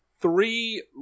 three